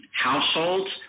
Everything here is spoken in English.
households